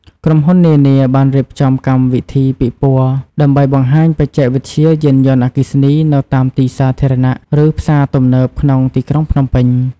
ក្រុមហ៊ុននានា បានរៀបចំកម្មវិធីពិព័រណ៍ ដើម្បីបង្ហាញបច្ចេកវិទ្យាយានយន្តអគ្គីសនីនៅតាមទីសាធារណៈ ឬផ្សារទំនើបក្នុងទីក្រុងភ្នំពេញ។